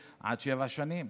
עד שבע שנים.